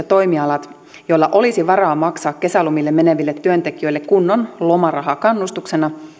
toimialat joilla olisi varaa maksaa kesälomille meneville työntekijöille kunnon lomaraha kannustuksena